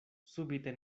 subite